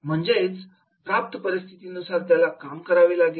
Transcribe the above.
म्हणजेच प्राप्त परिस्थिती नुसार त्याला काम करावे लागेल